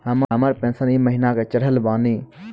हमर पेंशन ई महीने के चढ़लऽ बानी?